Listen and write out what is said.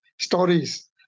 stories